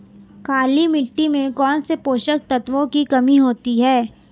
काली मिट्टी में कौनसे पोषक तत्वों की कमी होती है?